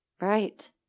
Right